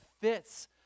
fits